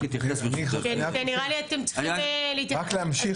רק להמשיך